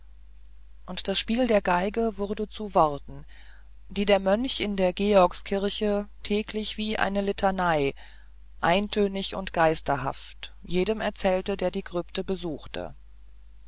und das spiel der geige wurde zu worten die der mönch in der georgskirche täglich wie eine litanei eintönig und geisterhaft jedem erzählt der die krypte besucht